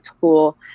tool